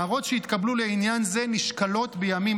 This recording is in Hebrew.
הערות שיתקבלו לעניין זה נשקלות בימים